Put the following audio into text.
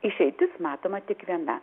išeitis matoma tik viena